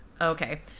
okay